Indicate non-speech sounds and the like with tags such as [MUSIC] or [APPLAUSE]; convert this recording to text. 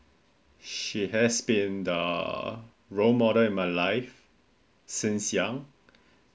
she has been the role model in my life since young [BREATH]